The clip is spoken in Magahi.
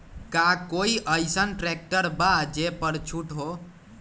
का कोइ अईसन ट्रैक्टर बा जे पर छूट हो?